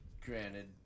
Granted